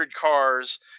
cars